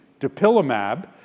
dupilumab